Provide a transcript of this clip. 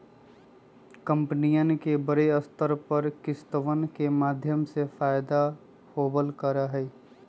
कम्पनियन के बडे स्तर पर किस्तवन के माध्यम से फयदा होवल करा हई